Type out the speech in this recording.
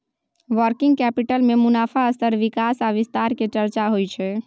working capital में मुनाफ़ा स्तर विकास आ विस्तार के चर्चा होइ छइ